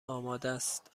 آمادست